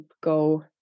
go